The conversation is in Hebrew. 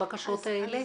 הבקשות האלה?